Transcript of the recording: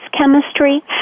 chemistry